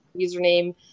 username